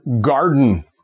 garden